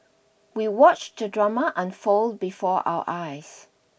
we watched the drama unfold before our eyes